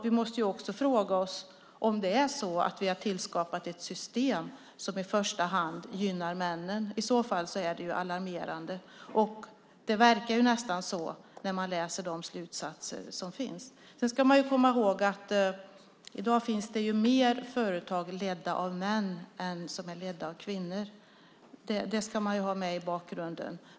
Vi måste också fråga oss om det är så att vi har skapat ett system som i första hand gynnar männen. I så fall är det alarmerande, och det verkar ju nästan så när man läser de slutsatser som finns. Sedan ska man komma ihåg att det i dag finns flera företag ledda av män än företag ledda av kvinnor. Det ska man ha med i bakgrunden.